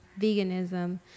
veganism